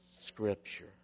Scripture